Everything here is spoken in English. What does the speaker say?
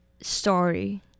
story